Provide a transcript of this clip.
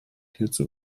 hierzu